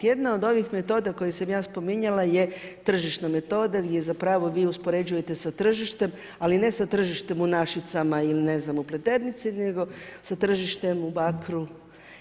Jedna od onih metoda koje sam ja spominjala je tržišna metoda gdje vi uspoređujete sa tržištem, ali ne sa tržištem u Našicama ili ne znam u Pleternici nego sa tržištem u Bakru.